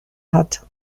hat